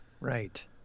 Right